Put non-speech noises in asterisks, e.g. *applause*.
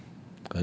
*coughs*